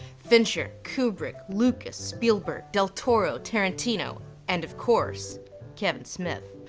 fincher, kubrick, lucas, spielberg, del toro, tarantino and of course kevin smith.